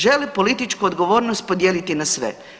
Žele političku odgovornost podijeliti na sve.